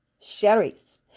Sherry's